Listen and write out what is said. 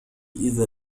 إذا